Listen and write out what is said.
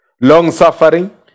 Long-suffering